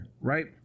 right